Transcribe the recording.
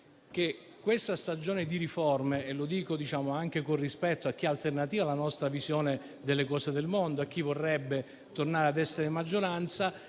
a questa stagione di riforme - e lo dico anche con rispetto a chi è alternativo alla nostra visione delle cose e del mondo, a chi vorrebbe tornare ad essere maggioranza